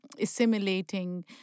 assimilating